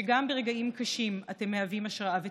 שגם ברגעים קשים אתם מהווים השראה ותקווה.